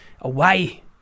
away